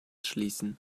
schließen